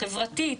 חברתית,